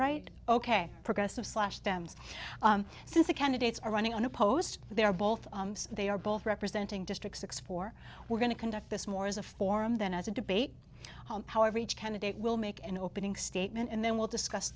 right ok progressive slash dems since the candidates are running unopposed they are both they are both representing district six for we're going to conduct this more as a forum than as a debate however each candidate will make an opening statement and then we'll discuss t